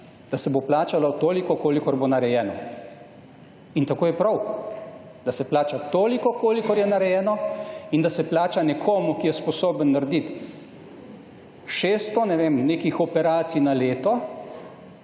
da se bo plačalo toliko kolikor bo narejeno. In tako je prav, da se plača toliko kolikor je narejeno in da se plača nekomu, ki je sposoben narediti 600, ne vem, nekih operacij na leto,